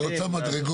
היא רוצה מדרגות.